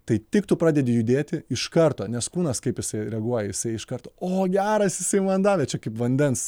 tai tik tu pradedi judėti iš karto nes kūnas kaip jisai reaguoja jisai iš karto o geras jisai man davė čia kaip vandens